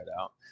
out